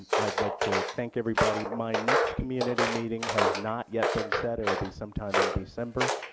i'd like to thank everybody. my next community meeting has not yet been set it will be sometime in december.